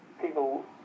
people